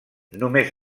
només